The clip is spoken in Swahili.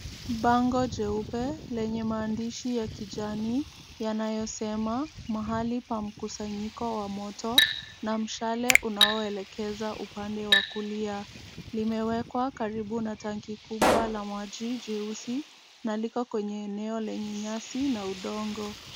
Bango jeupe lenye maandishi ya kijani yanayosema mahali pa mkusanyiko wa moto na mshale unaoelekeza upande wa kulia. Limewekwa karibu na tanki kubwa la maji jeusi na liko kwenye eneo lenye nyasi na udongo.